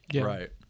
Right